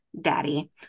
daddy